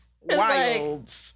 Wild